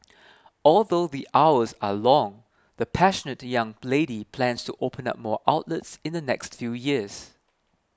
although the hours are long the passionate young lady plans to open up more outlets in the next few years